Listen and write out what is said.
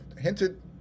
hinted